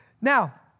Now